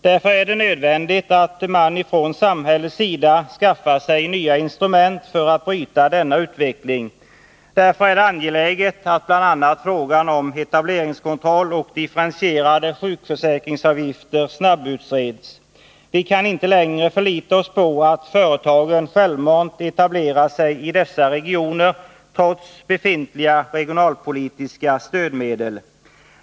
Därför är det nödvändigt att man från samhällets sida skaffar sig nya instrument för att bryta utvecklingen. Därför är det angeläget att bl.a. frågan om etableringskontroll och differentierade sjukförsäkringsavgifter snabbutreds. Trots befintliga regionalpolitiska stödmedel kan vi inte längre förlita oss på att företagen självmant etablerar sig i dessa regioner.